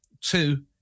Two